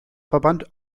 verband